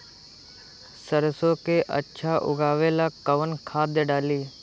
सरसो के अच्छा उगावेला कवन खाद्य डाली?